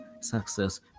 success